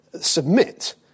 submit